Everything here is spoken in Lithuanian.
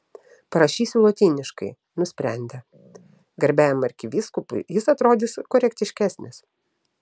parašysiu lotyniškai nusprendė garbiajam arkivyskupui jis atrodys korektiškesnis